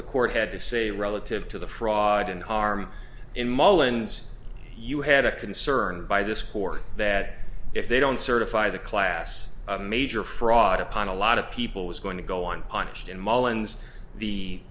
the court had to say relative to the fraud and harm in mullins you had a concern by this court that if they don't certify the class a major fraud upon a lot of people was going to go on punched in